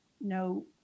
no